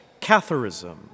Catharism